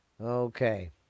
Okay